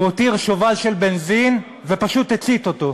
הוא הותיר שובל של בנזין ופשוט הצית אותו.